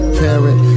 parent